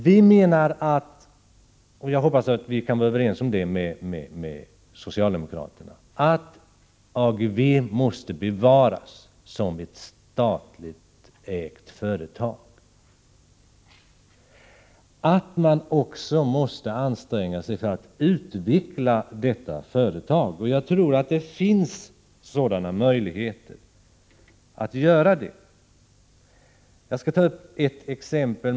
Vi menar — och jag hoppas att vi kan vara överens med socialdemokraterna om detta — att AGEVE måste bevaras som ett statligt ägt företag och att man också måste anstränga sig för att utveckla detta företag. Jag tror att det finns möjligheter att göra det. Jag skall ta ett exempel.